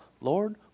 Lord